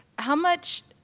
how much,